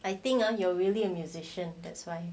I think you are really a musician that's why